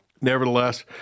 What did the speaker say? nevertheless